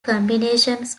combinations